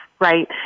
right